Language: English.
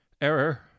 Error